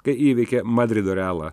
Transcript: kai įveikė madrido realą